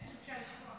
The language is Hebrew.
איך אפשר לשכוח?